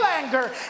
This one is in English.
anger